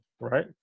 right